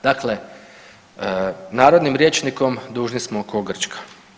Dakle, narodnim rječnikom dužni smo kao Grčka.